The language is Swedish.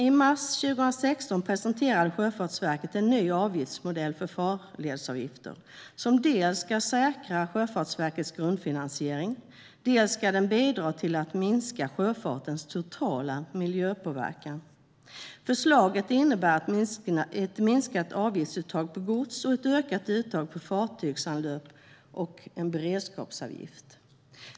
I mars 2016 presenterade Sjöfartsverket en ny avgiftsmodell för farledsavgifter som dels ska säkra Sjöfartsverkets grundfinansiering, dels bidra till att minska sjöfartens totala miljöpåverkan. Förslaget innebär ett minskat avgiftsuttag på gods och ett ökat uttag på fartygsanlöp samt en beredskapsavgift.